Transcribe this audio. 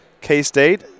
K-State